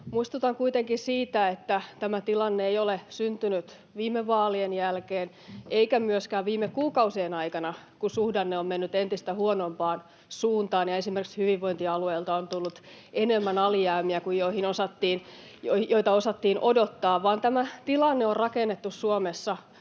Muistutan kuitenkin siitä, että tämä tilanne ei ole syntynyt viime vaalien jälkeen eikä myöskään viime kuukausien aikana, kun suhdanne on mennyt entistä huonompaan suuntaan ja esimerkiksi hyvinvointialueilta on tullut enemmän alijäämiä kuin osattiin odottaa, vaan tämä tilanne on rakennettu Suomessa